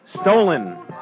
Stolen